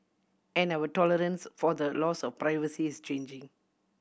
and our tolerance for the loss of privacy is changing